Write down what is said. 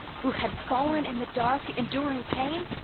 who had fallen in the dark, enduring pain?